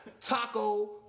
Taco